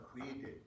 created